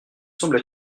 semble